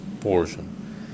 portion